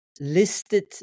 listed